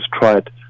tried